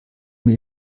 mir